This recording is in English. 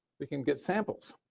we can get samples.